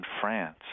France